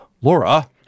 Laura